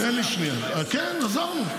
כן, עזרנו.